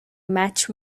match